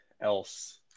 else